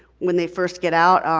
when they first get out,